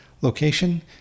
location